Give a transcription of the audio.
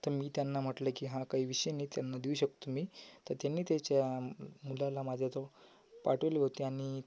तर मी त्यांना म्हटलं की हा काही विषय नाही त्यांना देऊ शकतो मी तर त्यांनी त्यांच्या मुलाला माझ्या इथं पाठवले होते आणि